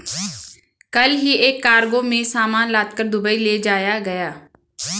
कल ही एक कार्गो में सामान लादकर दुबई ले जाया गया